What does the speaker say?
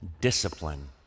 discipline